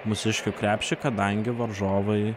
mūsiškių krepšį kadangi varžovai